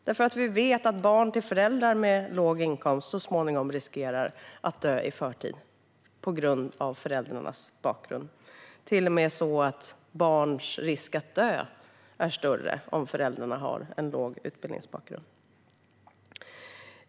Vi vet nämligen att barn till föräldrar med låg inkomst så småningom riskerar att dö i förtid på grund av föräldrarnas bakgrund. Det är till och med så att barns risk att dö är större om föräldrarna har en låg utbildningsbakgrund.